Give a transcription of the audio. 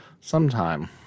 sometime